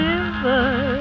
River